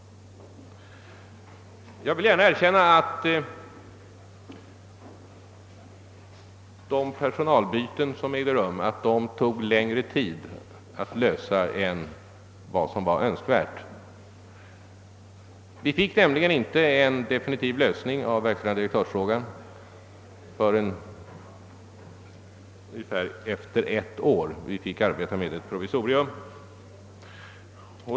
Jag vill gärna erkänna att de personalbyten som ägde rum tog längre tid än önskvärt. Vi fick nämligen inte en definitiv lösning av frågan om verkställande direktör förrän efter ungefär ett år utan måste arbeta med ett provisorium.